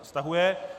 Stahuje.